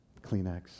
Kleenex